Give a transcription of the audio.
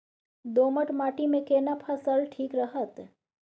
दोमट माटी मे केना फसल ठीक रहत?